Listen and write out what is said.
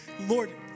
Lord